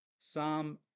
Psalm